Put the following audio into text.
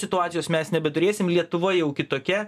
situacijos mes nebeturėsim lietuva jau kitokia